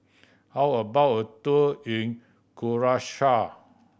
how about a tour in Curacao